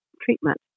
treatment